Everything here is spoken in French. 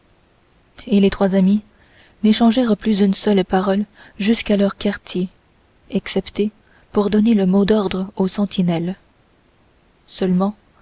et les trois amis n'échangèrent plus une seule parole jusqu'à leur quartier excepté pour donner le mot d'ordre aux sentinelles seulement